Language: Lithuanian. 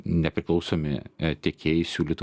nepriklausomi tiekėjai siūlytų